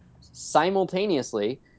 Simultaneously